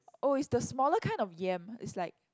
oh is the smaller kind of yam it's like